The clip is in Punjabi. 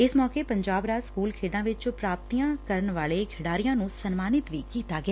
ਇਸ ਮੌਕੇ ਪੰਜਾਬ ਰਾਜ ਸਕੂਲ ਖੇਡਾਂ ਵਿੱਚ ਪ੍ਰਾਪਤੀਆਂ ਕਰਨ ਵਾਲੇ ਖਿਡਾਰੀਆਂ ਨੂੰ ਸਨਮਾਨਿਤ ਵੀ ਕੀਤਾ ਗਿਆ